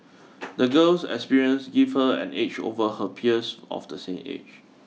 the girl's experiences give her an edge over her peers of the same age